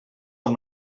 amb